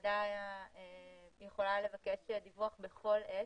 הוועדה יכולה לבקש דיווח בכל עת.